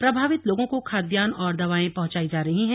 प्रभावित लोगों को खाद्यान्न और दवाए पहुंचाई जा रही हैं